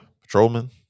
patrolman